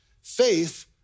faith